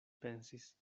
pensis